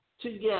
together